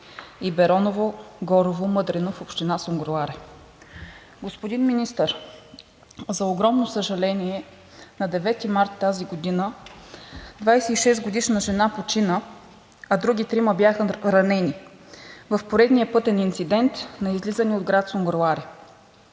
и Бероново – Горово – Мъдрино в община Сунгурларе. Господин Министър, за огромно съжаление, на 9 март тази година 26-годишна жена почина, а други трима бяха ранени в поредния пътен инцидент на излизане от град Сунгурларе